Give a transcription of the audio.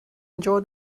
enjoy